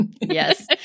Yes